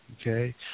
okay